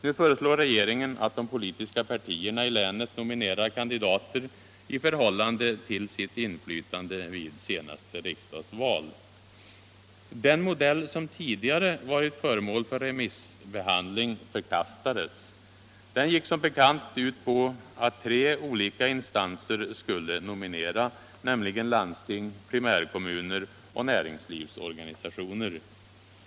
Nu föreslår regeringen att de politiska partierna i länet nominerar kandidater i förhållande till sitt inflytande vid senaste riksdagsval. Den modell som tidigare varit föremål för remissbehandling förkastades. Den gick som bekant ut på att tre olika instanser skulle nominera, nämligen landsting, primärkommuner och näringslivsorganisationer.